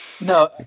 No